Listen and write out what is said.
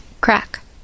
crack